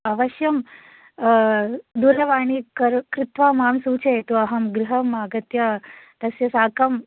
अवश्यम् दूरवाणी करो कृत्वा माम् सूचयतु अहं गृहम् आगत्य तस्य साकम्